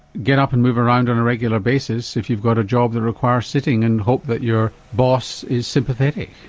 get up and move around on a regular basis if you've got a job that requires sitting and hope that your boss is sympathetic?